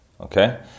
Okay